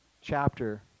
chapter